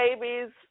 babies